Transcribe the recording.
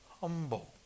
humble